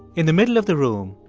in the middle of the room,